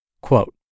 Quote